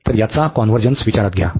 तर याचा कॉन्व्हर्जन्स विचारात घ्या